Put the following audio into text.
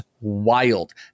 wild